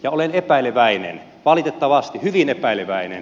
ja olen epäileväinen valitettavasti hyvin epäileväinen